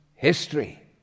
history